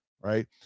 Right